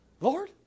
Lord